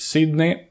Sydney